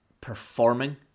performing